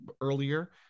earlier